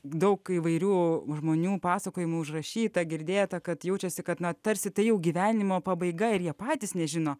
daug įvairių žmonių pasakojimų užrašyta girdėta kad jaučiasi kad na tarsi tai jau gyvenimo pabaiga ir jie patys nežino